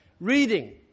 Reading